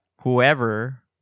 whoever